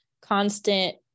constant